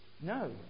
No